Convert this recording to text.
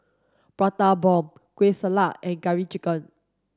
Prata Bomb Kueh Salat and curry chicken